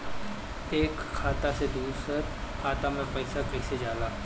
एक खाता से दूसर खाता मे पैसा कईसे जाला?